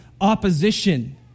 opposition